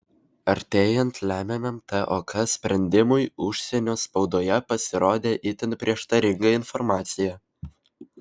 artėjant lemiamam tok sprendimui užsienio spaudoje pasirodė itin prieštaringa informacija